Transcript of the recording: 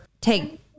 take